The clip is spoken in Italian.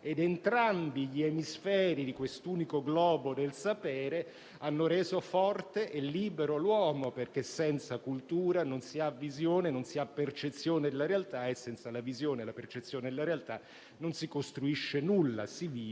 ed entrambi gli emisferi di quest'unico globo del sapere hanno reso forte e libero l'uomo, perché senza cultura non si ha visione e percezione della realtà e, senza la visione e la percezione della realtà, non si costruisce nulla,